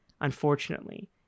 unfortunately